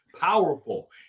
Powerful